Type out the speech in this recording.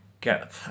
get